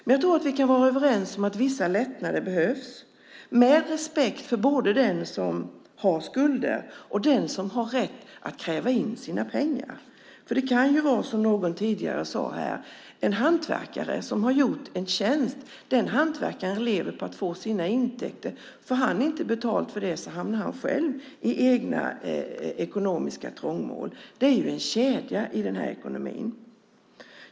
Men jag tror att vi kan vara överens om att vissa lättnader behövs, med respekt för både den som har skulder och den som har rätt att kräva in sina pengar. Det kan ju vara, som någon sade här tidigare, en hantverkare som har gjort en tjänst och lever på sina intäkter. Får han inte betalt för den hamnar han själv i ekonomiskt trångmål. Det är en kedja i den här ekonomin.